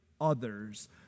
others